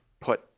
put